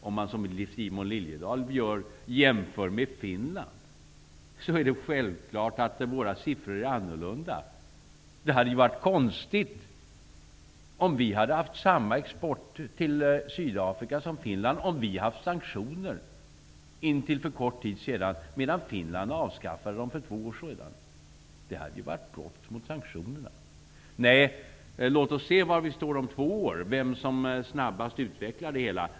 Om man, som Simon Liliedahl, jämför med Finland, är det självklart att våra siffror är annorlunda. Det hade varit konstigt om vi hade haft samma export till Sydafrika som Finland, när vi har haft sanktioner intill för kort tid sedan medan Finland avskaffade sina sanktioner för två år sedan. Det hade ju varit brott mot sanktionerna. Låt oss i stället se var vi står om två år, vem som snabbast utvecklar det hela.